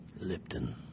lipton